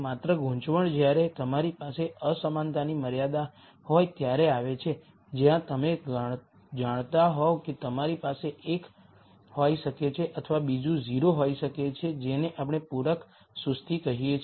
એક માત્ર ગૂંચવણ જ્યારે તમારી પાસે આ અસમાનતાની મર્યાદા હોય ત્યારે આવે છે જ્યાં તમે જાણતા હોવ કે તમારી પાસે એક હોઈ શકે છે અથવા બીજું 0 હોઈ શકે છે જેને આપણે પૂરક સુસ્તી કહીએ છીએ